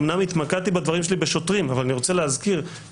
המשטרה כבר קיבלה זמן להציג את עמדתה,